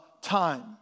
time